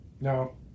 No